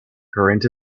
current